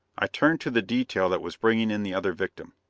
i turned to the detail that was bringing in the other victim.